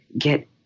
get